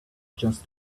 just